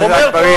מה זה שייך?